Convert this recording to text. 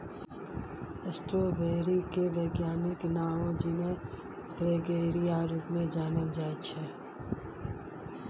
strawberry केर बैज्ञानिक नाओ जिनस फ्रेगेरिया रुप मे जानल जाइ छै